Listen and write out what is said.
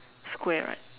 square right